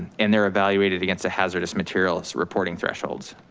and they're evaluated against the hazardous material reporting thresholds.